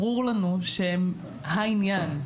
ברור לנו שהם העניין.